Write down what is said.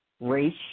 race